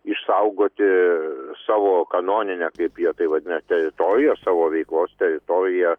išsaugoti savo kanoninę kaip jie tai vadina teritoriją savo veiklos teritoriją